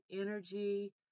energy